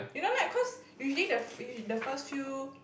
you know like cause usually the f~ the first few